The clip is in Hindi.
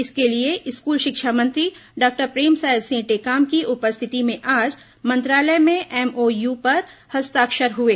इसके लिए स्कूल शिक्षा मंत्री डॉक्टर प्रेमसाय सिंह टेकाम की उपस्थिति में आज मंत्रालय में एमओयू पर हस्ताक्षर हुए